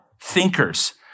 thinkers